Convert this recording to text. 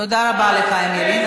תודה רבה לחיים ילין.